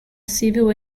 civil